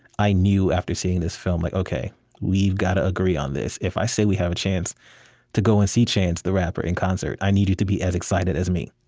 i knew after seeing this film, like ok, we've got to agree on this. if i say we have a chance to go and see chance the rapper in concert, i need you to be as excited as me.